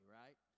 right